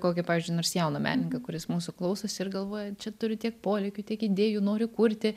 kokį pavyzdžiui nors jauną menininką kuris mūsų klausosi ir galvoja čia turiu tiek polėkių tiek idėjų noriu kurti